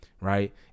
right